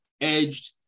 edged